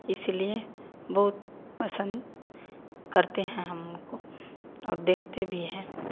इसलिए बहुत पसंद करते हैं हम उनको और देखते भी हैं